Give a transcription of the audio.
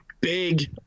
big